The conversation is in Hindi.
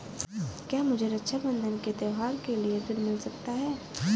क्या मुझे रक्षाबंधन के त्योहार के लिए ऋण मिल सकता है?